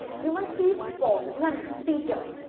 you must be paul, no peter.